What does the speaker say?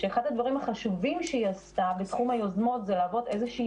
שאחד הדברים החשובים שהיא עשתה בתחום היוזמות זה להוות איזושהי